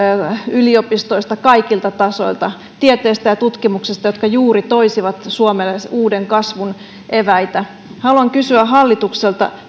yliopistoista kaikilta tasoilta tieteestä ja tutkimuksesta jotka juuri toisivat suomelle uuden kasvun eväitä haluan kysyä hallitukselta